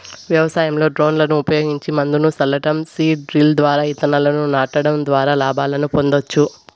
వ్యవసాయంలో డ్రోన్లు ఉపయోగించి మందును సల్లటం, సీడ్ డ్రిల్ ద్వారా ఇత్తనాలను నాటడం ద్వారా లాభాలను పొందొచ్చు